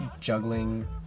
juggling